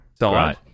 Right